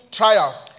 trials